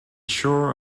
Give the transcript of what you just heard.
shore